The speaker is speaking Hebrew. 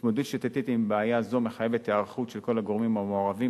התמודדות שיטתית עם בעיה זו מחייבת היערכות של כל הגורמים המעורבים,